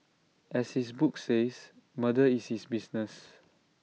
as his book says murder is his business